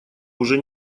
уже